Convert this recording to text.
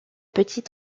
petit